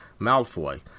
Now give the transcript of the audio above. Malfoy